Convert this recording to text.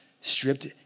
stripped